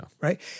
right